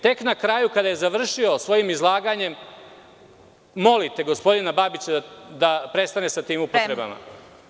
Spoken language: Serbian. Tek na kraju kada je završio sa svojim izlaganjem, molite gospodina Babića da prestane sa tim upotrebama.